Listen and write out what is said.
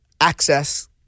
access